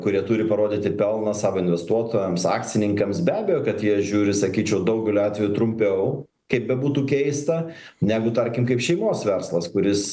kurie turi parodyti pelną savo investuotojams akcininkams be abejo kad jie žiūri sakyčiau daugeliu atveju trumpiau kaip bebūtų keista negu tarkim kaip šeimos verslas kuris